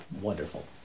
Wonderful